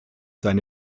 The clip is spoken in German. seine